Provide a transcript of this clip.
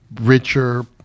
richer